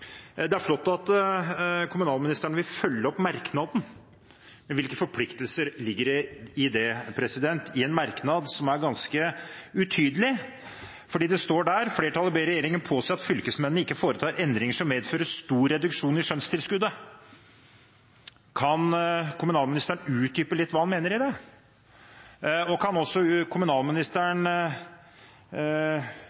Det er flott at kommunalministeren vil følge opp merknaden. Hvilke forpliktelser ligger i det? Det er en merknad som er ganske utydelig, for det står: «Flertallet ber regjeringen påse at fylkesmennene ikke foretar endringer som medfører stor reduksjon i skjønnstilskuddet». Kan kommunalministeren utdype litt hva han mener, og kan kommunalministeren også